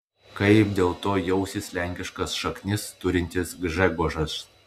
kaip dėl to jausis lenkiškas šaknis turintis gžegožas